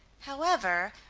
however,